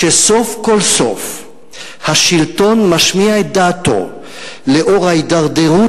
שסוף כל סוף השלטון משמיע את דעתו לנוכח ההידרדרות